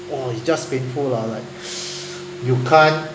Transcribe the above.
!ow! it's just painful lah like you can't